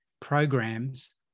programs